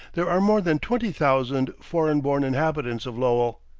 there are more than twenty thousand foreign-born inhabitants of lowell,